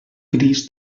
gris